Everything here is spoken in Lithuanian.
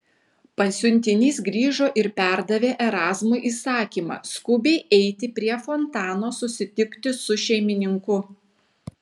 pasiuntinys grįžo ir perdavė erazmui įsakymą skubiai eiti prie fontano susitikti su šeimininku